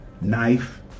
knife